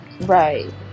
right